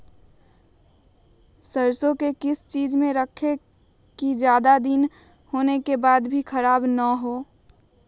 सरसो को किस चीज में रखे की ज्यादा दिन होने के बाद भी ख़राब ना हो?